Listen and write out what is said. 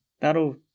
that'll